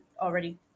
already